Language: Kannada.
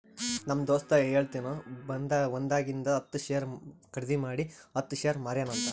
ನಮ್ ದೋಸ್ತ ಹೇಳತಿನು ಒಂದಿಂದಾಗ ಹತ್ತ್ ಶೇರ್ ಖರ್ದಿ ಮಾಡಿ ಹತ್ತ್ ಶೇರ್ ಮಾರ್ಯಾನ ಅಂತ್